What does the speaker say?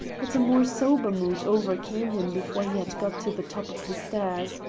but a more sober mood overcame him before he had got to the top of the stair.